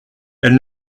elle